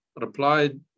replied